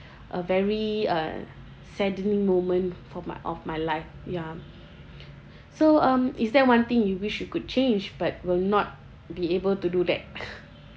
a very uh saddening moment for my of my life ya so um is there one thing you wish you could change but will not be able to do that